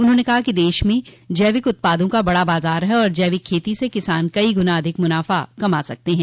उन्होंने कहा कि देश में जैविक उत्पादों का बड़ा बाजार है और जैविक खेती से किसान कई गुना अधिक मुनाफा कमा सकते हैं